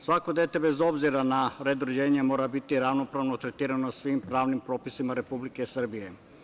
Svako dete, bez obzira na red rođenja, mora biti ravnopravno tretirano svim pravnim propisima Republike Srbije.